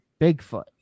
Bigfoot